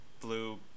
blue